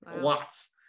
lots